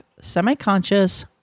semi-conscious